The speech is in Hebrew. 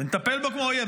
ונטפל בו כמו אויב.